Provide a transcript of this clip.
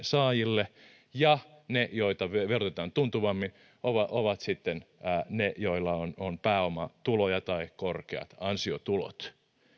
saajille ja ne joita verotetaan tuntuvammin ovat ovat sitten ne joilla on on pääomatuloja tai korkeat ansiotulot